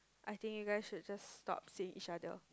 I think you guys should just stop seeing each other